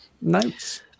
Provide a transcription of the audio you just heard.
notes